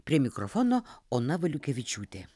prie mikrofono ona valiukevičiūtė